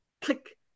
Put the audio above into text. click